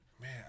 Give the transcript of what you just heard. Man